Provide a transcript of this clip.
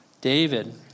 David